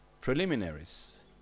Preliminaries